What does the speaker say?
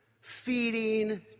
feeding